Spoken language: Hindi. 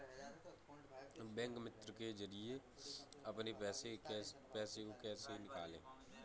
बैंक मित्र के जरिए अपने पैसे को कैसे निकालें?